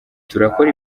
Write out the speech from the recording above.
turakora